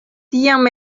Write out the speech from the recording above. tiam